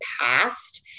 past